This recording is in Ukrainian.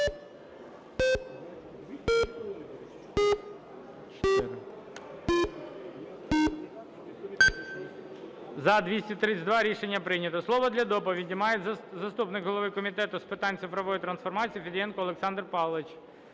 За-232 Рішення прийнято. Слово для доповіді має заступник голови Комітету з питань цифрової трансформації Федієнко Олександр Павлович,